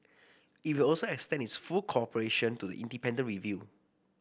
it will also extend its full cooperation to the independent review